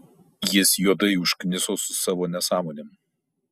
jis juodai užkniso su savo nesąmonėm